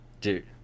Dude